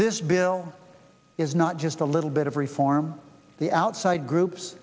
this bill is not just a little bit of reform the outside groups